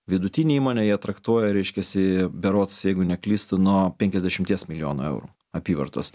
vidutine įmone jie traktuoja reiškiasi berods jeigu neklystu nuo penkiasdešimties milijonų eurų apyvartos